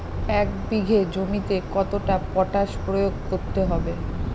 এক বিঘে জমিতে কতটা পটাশ প্রয়োগ করতে হবে?